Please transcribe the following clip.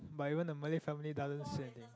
but even the Malay family doesn't say anything